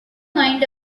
mind